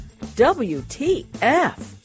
WTF